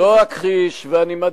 לא אכחיש, ואני מדגיש,